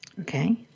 Okay